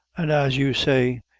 an' as you say,